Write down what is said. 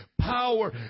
power